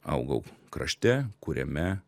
augau krašte kuriame